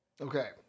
Okay